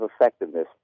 effectiveness